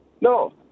no